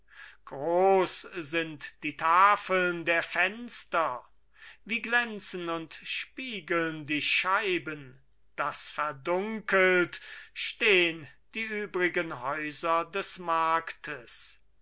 groß sind die tafeln der fenster wie glänzen und spiegeln die scheiben daß verdunkelt stehn die übrigen häuser des marktes